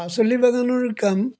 পাচলি বাগানৰ কাম